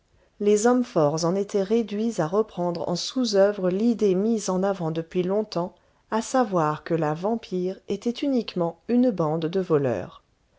les hommes forts en étaient réduits à reprendre en sous oeuvre l'idée mise en avant depuis longtemps à savoir que la vampire était uniquement une bande de voleurs